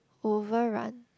over run